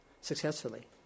successfully